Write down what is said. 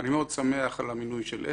אני מאוד שמח על המינוי של אפני.